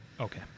Okay